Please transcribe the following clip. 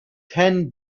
ten